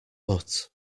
but